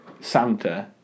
Santa